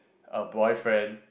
a boyfriend